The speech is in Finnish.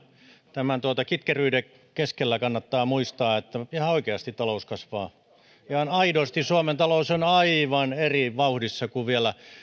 tämän kitkeryyden keskellä kannattaa muistaa se että ihan oikeasti talous kasvaa ihan aidosti suomen talous on aivan eri vauhdissa kuin vielä